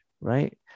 right